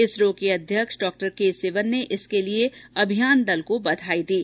इसरो के अध्यक्ष Dr K Sivan ने इसके लिए अभियान दल को बधाई दी है